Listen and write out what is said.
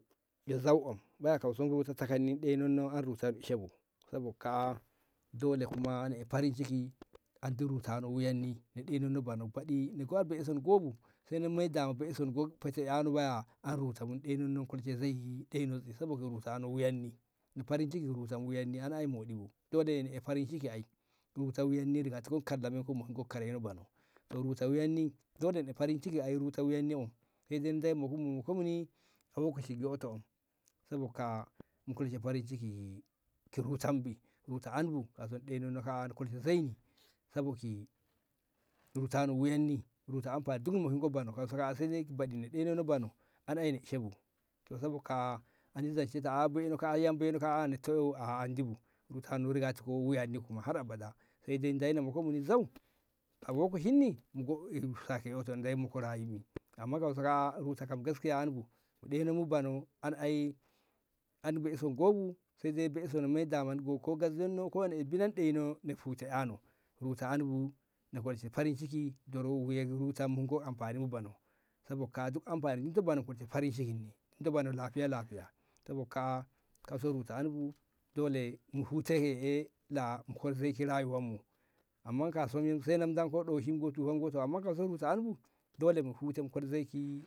yo zau kam baya kauso ruta takanni na ɗeinono an ruta rokshi bu sabo kaa'a dole kuma na ai farinciki andi rutano wuyanni na ɗeinanno bano bai baɗi ni go be'i san go bu sai na na moi be'i feta ƴano baya an ruta bu ni ɗeinanno na zahi be'i sabo ki ruta no wuyanni ni farinciki ruta wuyanni ai an ƴa moɗi bu saboda kaa'a dole ni ai farinciki ai ruta takanni rigatu ko na kallame ko moki kare bono to ruta wuyanni dole ni ai farinciki ai ruta wuyanni wom sai Dey mok moni ka lokaci yoto sabo kaa'a mu kolshe farinciki ki rutan bi ruta andi bu kauso na ɗeinonno kaa'a saboki rutanno wuyano an bu du ruta no mokin ni bano ni ɗeinanno bano an ruta bu sabo kaa'a an zance yam ta baino kaa'a andi bu rutano rigatiko wuyanni kuma har abada saidai na Deyi na mokno muni zau a lokacinni mu go sake yoto Deyi moki mu rayuwan mu amma kauso kaa'a ruta kam gaskiya an bu mu ɗeyi mu bano an ai an be'i son go bu saidai nai i binano ni ɗono ni huta ƴano ruta an bu ni kolshe farinciki doro wuyan rutan mu mu go anfanik bano sabo kaa'a duk anfani bano mu kolshe farinciki ndu bano lahiya lahiya sabo kaa'a kauso ruta an bu dole mu hute ke'e la mu kol zoi ke ki hawo rayuwan mu amman kaso sai mu dunko ɗoshi tuwwa mu gotu amma kauso ruta hanbu dole mu huten kolshe ki